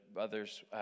others